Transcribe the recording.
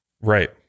right